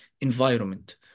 environment